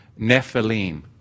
Nephilim